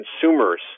consumers